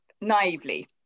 naively